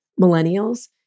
millennials